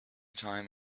time